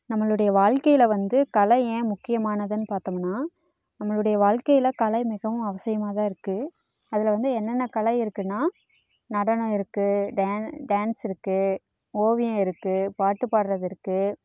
நம்மளுடைய வாழ்க்கையில் வந்து கலை ஏன் முக்கியமானதுனு பார்த்தம்னா நம்மளுடைய வாழ்க்கையில் கலை மிகவும் அவசியமாகதான் இருக்குது அதில் வந்து என்னென்ன கலை இருக்குதுனா நடனம் இருக்குது டான் டான்ஸ் இருக்குது ஓவியம் இருக்குது பாட்டு பாடுறது இருக்குது